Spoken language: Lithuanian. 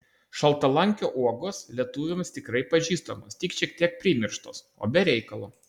šaltalankio uogos lietuviams tikrai pažįstamos tik šiek tiek primirštos o be reikalo